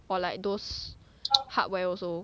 or like those hardware also